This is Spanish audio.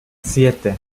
siete